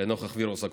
לנוכח וירוס הקורונה.